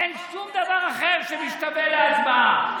אין שום דבר אחר שמשתווה להצבעה.